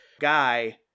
guy